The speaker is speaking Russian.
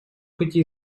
пути